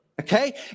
Okay